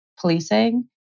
policing